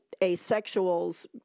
asexuals